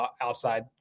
outside